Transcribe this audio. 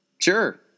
Sure